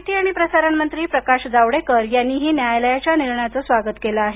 माहिती आणि प्रसारण मंत्री प्रकाश जावडेकर यांनीही न्यायालयाच्या या निर्णयाचे स्वागत केल आहे